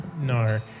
no